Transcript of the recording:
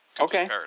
Okay